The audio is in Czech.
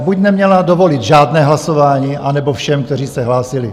Buď neměla dovolit žádné hlasování, anebo všem, kteří se hlásili.